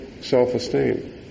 self-esteem